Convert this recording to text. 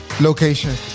location